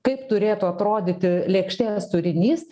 kaip turėtų atrodyti lėkštės turinys